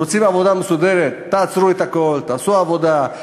רוצים עבודה מסודרת, תעצרו את הכול, תעשו עבודה.